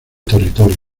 territorio